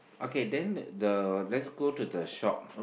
okay then the let's go to the shop